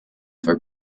for